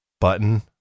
button